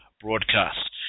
broadcast